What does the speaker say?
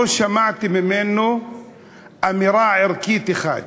לא שמעתי ממנו אמירה ערכית אחת.